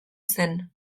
zen